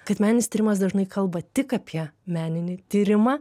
kad meninis tyrimas dažnai kalba tik apie meninį tyrimą